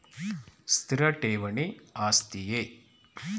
ಸ್ಥಿರ ಠೇವಣಿ ಆಸ್ತಿಯೇ?